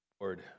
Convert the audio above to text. Lord